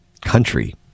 country